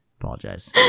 Apologize